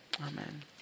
amen